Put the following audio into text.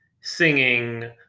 singing